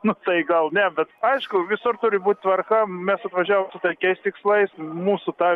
nu tai gal ne bet aišku visur turi būt tvarka mes atvažiavom su taikiais tikslais mūsų tą